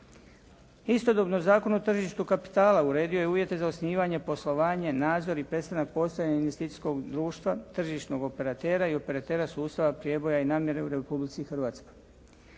Istodobno Zakon o tržištu kapitala uredio je uvjete za osnivanje, poslovanje, nadzor i prestanak postojanja investicijskog društva, tržišnog operatera i operatera sustava prijeboja i namjere u Republici Hrvatskoj.